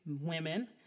Women